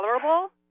tolerable